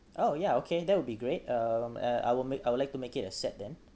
oh yeah okay that would be great um uh I will make I would like to make it a set then